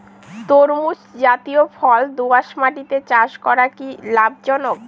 তরমুজ জাতিয় ফল দোঁয়াশ মাটিতে চাষ করা কি লাভজনক?